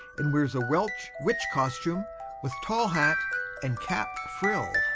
and wears a welsh witch costume with tall hat and cap frill.